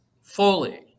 fully